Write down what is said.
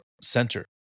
center